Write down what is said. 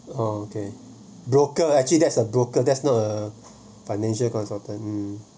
oh okay broker actually that's a broker there's not a financial consultant uh